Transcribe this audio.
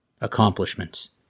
accomplishments